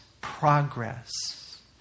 progress